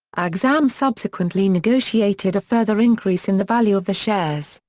axam subsequently negotiated a further increase in the value of the shares,